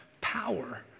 power